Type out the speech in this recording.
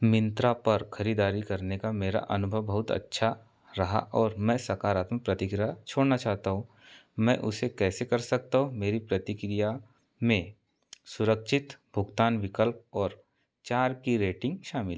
मिंत्रा पर ख़रीदारी करने का मेरा अनुभव बहुत अच्छा रहा और मैं सकारात्मक प्रतिक्रिया छोड़ना चाहता हूँ मैं उसे कैसे कर सकता हूँ मेरी प्रतिक्रिया में सुरक्षित भुगतान विकल्प और चार की रेटिंग शामिल